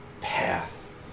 path